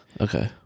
Okay